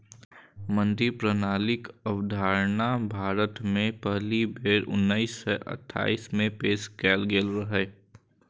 मंडी प्रणालीक अवधारणा भारत मे पहिल बेर उन्नैस सय अट्ठाइस मे पेश कैल गेल रहै